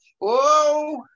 Whoa